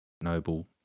noble